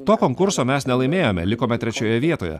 to konkurso mes nelaimėjome likome trečioje vietoje